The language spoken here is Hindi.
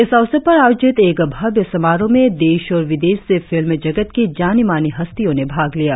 इस अवसर पर आयोजित एक भव्य समारोह में देश और विदेश से फिल्म जगत की जानी मानी हस्तियों ने भाग लिया